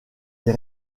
des